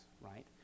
right